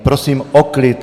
Prosím o klid.